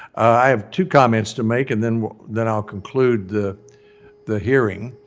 i have two comments to make. and then then i'll conclude the the hearing.